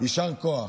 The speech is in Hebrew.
יישר כוח.